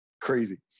crazy